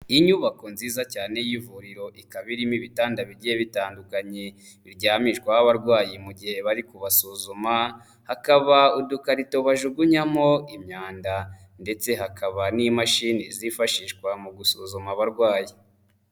Inyubako nziza cyane y'ivuriro ikaba irimo ibitanda bigiye bitandukanye, biryamishwaho abarwayi mu gihe bari kubasuzuma, hakaba udukarito bajugunyamo imyanda ndetse hakaba n'imashini zifashishwa mu gusuzuma abarwayi.